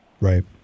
right